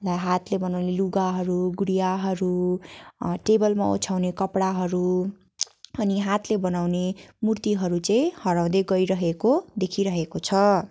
हातले बनाउने लुगाहरू गुडियाहरू टेबलमा ओछ्याउने कपडाहरू अनि हातले बनाउने मूर्तिहरू चाहिँ हराउँदै गइरहेको देखिरहेको छ